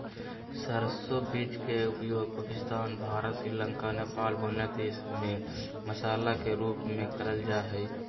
सरसो बीज के उपयोग पाकिस्तान, भारत, श्रीलंका, नेपाल, बांग्लादेश में मसाला के रूप में करल जा हई